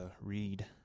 read